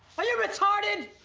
are you retarded?